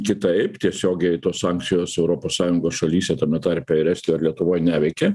kitaip tiesiogiai tos sankcijos europos sąjungos šalyse tame tarpe ir estijoj ar lietuvoj neveikia